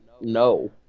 no